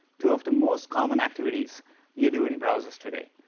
two of the most common activities you do in browsers today.